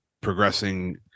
progressing